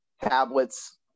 tablets